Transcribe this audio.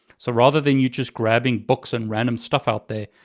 so rather than you just grabbing books and random stuff out there,